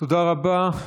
תודה רבה.